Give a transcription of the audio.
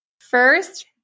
First